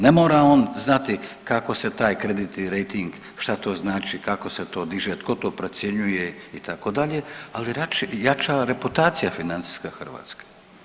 Ne mora on znati kako se taj ... rejting, šta to znači, kako se to diže, tko to procjenjuje, itd., ali jača reputacija financijska hrvatska.